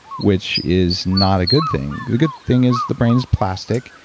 which is not a good thing. the good thing is the brain's plastic,